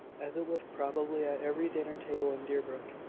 as it was probably at every dinner-table in deerbrook.